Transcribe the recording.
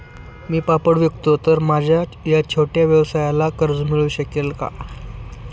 मी पापड विकतो तर माझ्या या छोट्या व्यवसायाला कर्ज मिळू शकेल का?